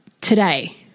today